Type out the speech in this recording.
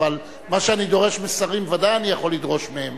אבל מה שאני דורש משרים בוודאי אני יכול לדרוש מהם.